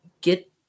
get